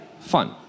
fun